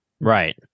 Right